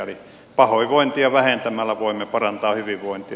eli pahoinvointia vähentämällä voimme parantaa hyvinvointia